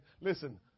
Listen